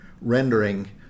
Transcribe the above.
rendering